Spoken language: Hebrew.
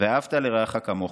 "ואהבת לרעך כמוך".